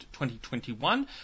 2021